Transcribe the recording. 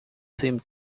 seemed